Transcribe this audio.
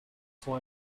sont